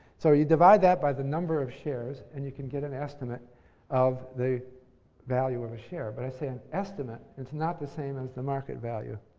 so, you divide that by the number of shares and you can get an estimate of the value of a share. but i say an estimate. it's not the same as the market value.